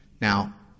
Now